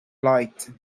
light